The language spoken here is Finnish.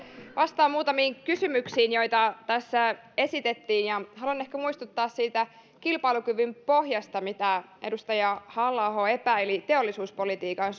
vastaan muutamiin kysymyksiin joita tässä esitettiin ja haluan ehkä muistuttaa siitä kilpailukyvyn pohjasta mitä edustaja halla aho epäili teollisuuspolitiikan